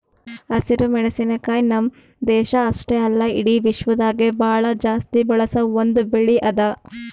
ಹಸಿರು ಮೆಣಸಿನಕಾಯಿ ನಮ್ಮ್ ದೇಶ ಅಷ್ಟೆ ಅಲ್ಲಾ ಇಡಿ ವಿಶ್ವದಾಗೆ ಭಾಳ ಜಾಸ್ತಿ ಬಳಸ ಒಂದ್ ಬೆಳಿ ಅದಾ